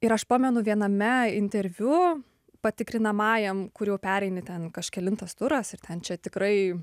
ir aš pamenu viename interviu patikrinamajam kur jau pereini ten kažkelintas turas ir ten čia tikrai